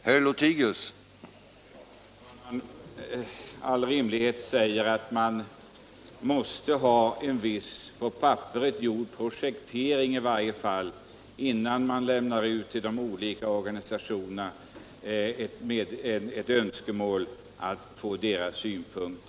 Herr talman! All rimlighet säger att man i varje fall måste ha en viss, på papperet gjord projektering, innan man ber de olika organisationerna att lämna sina synpunkter.